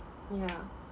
yeah